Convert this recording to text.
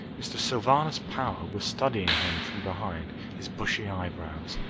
mr. sylvanus power was studying him from behind his bushy eyebrows.